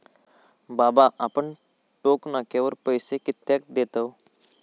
बाबा आपण टोक नाक्यावर पैसे कित्याक देतव?